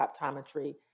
optometry